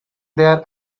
there